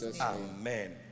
Amen